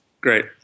Great